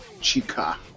chica